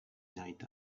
night